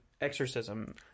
exorcism